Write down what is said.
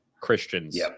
Christians